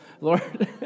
Lord